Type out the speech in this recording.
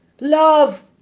love